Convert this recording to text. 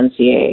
NCA